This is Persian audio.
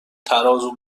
ترازو